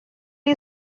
you